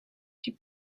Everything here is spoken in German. die